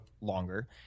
longer